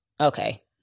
okay